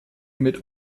mit